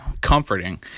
comforting